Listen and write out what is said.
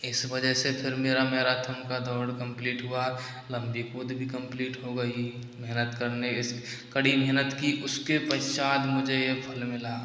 इस वजह से फिर मेरा मैराथन का दौड़ कम्प्लीट हुआ लंबी कूद भी कम्प्लीट हो गई महनत करने इस कड़ी महनत की उसके पश्चात मुझे ये फल मिला